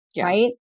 right